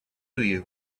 you